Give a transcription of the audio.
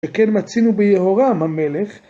וכן מצינו ביהורם המלך